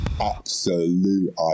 absolute